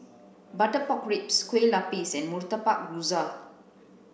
butter pork ribs Kue Lupis and Murtabak Rusa